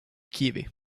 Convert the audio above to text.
kiwi